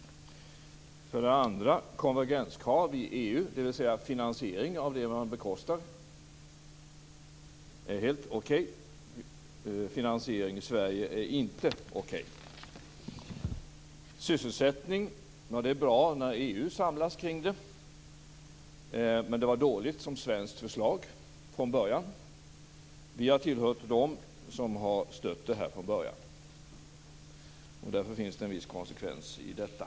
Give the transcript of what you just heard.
Exempel 2: Konvergenskrav i EU, dvs. finansiering av det man bekostar, är helt okej. Finansiering i Sverige är inte okej. Exempel 3: Sysselsättning är bra när EU samlas kring det. Men det var dåligt som svenskt förslag från början. Vi har tillhört dem som har stött det här från början. Därför finns det en viss konsekvens i detta.